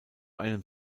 einem